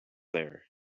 there